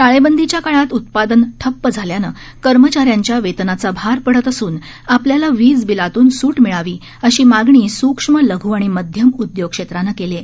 टाळेबंदीच्या काळात उत्पादन ठप्प झाल्यानं कर्मचाऱ्यांच्या वेतनाचा भार पडत असून आपल्याला वीजबिलातून सूट मिळावी अशी मागणी सूक्ष्म लघ् आणि मध्यम उद्योग क्षेत्रानं केली आहे